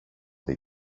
δει